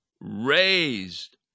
raised